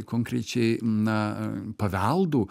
konkrečiai na paveldų